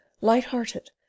light-hearted